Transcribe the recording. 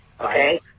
Okay